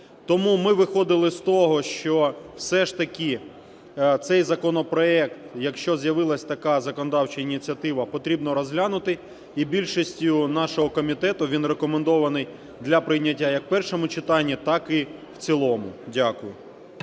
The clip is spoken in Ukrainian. Тому ми виходили з того, що все ж таки цей законопроект, якщо з'явилася така законодавча ініціатива, потрібно розглянути. І більшістю нашого комітету він рекомендований для прийняття як у першому читанні, так і в цілому. Дякую.